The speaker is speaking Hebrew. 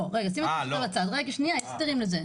לא, רגע, שים את זה בצד, יש הסברים לזה.